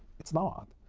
it's not.